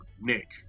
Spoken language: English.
Nick